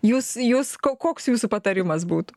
jūs jūs ko koks jūsų patarimas būtų